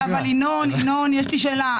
ינון, יש לי שאלה: